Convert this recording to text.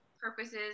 purposes